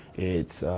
it's,